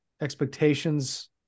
expectations